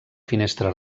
finestra